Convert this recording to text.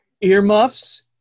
earmuffs